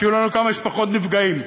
שיהיו לנו כמה שפחות נפגעים.